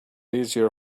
easier